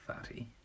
fatty